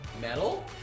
Metal